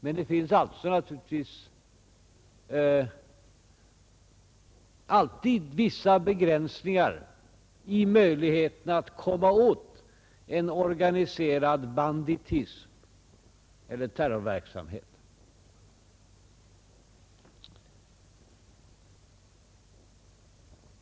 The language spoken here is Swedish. Men det finns naturligtvis alltid vissa begränsningar i möjligheterna att komma åt en organiserad banditism eller terrorverksamhet.